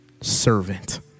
servant